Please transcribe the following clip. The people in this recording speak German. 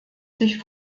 sich